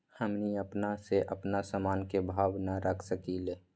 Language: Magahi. हमनी अपना से अपना सामन के भाव न रख सकींले?